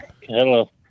Hello